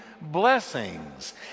blessings